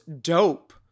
dope